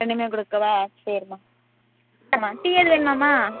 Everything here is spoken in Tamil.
ரெண்டுமே கொடுக்கவா சரிம்மா இந்தாம்மா டீ ஏதும் வேணுமாம்மா